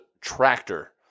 tractor